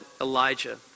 Elijah